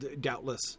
doubtless